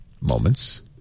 moments